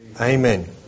Amen